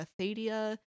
Athadia